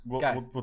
Guys